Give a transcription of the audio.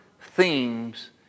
themes